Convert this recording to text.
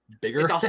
bigger